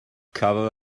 cafodd